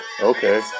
okay